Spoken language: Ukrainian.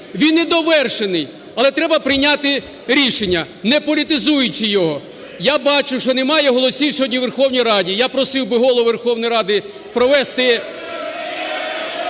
Він недовершений, але треба прийняти рішення, не політизуючи його. Я бачу, що немає голосів сьогодні у Верховній Раді. Я просив би Голову Верховної Ради провести...